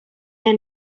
der